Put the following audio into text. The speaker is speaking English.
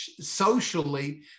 socially